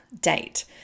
date